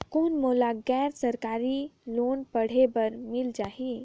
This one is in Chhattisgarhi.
कौन मोला गैर सरकारी लोन पढ़े बर मिल जाहि?